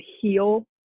heal